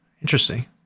Interesting